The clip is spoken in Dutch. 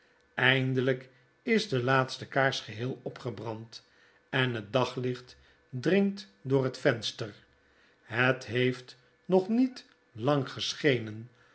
eindelyk is de laatste kaars geheel opgebrand en het daglicht dringt door het venster het heeft nog niet lang geschenen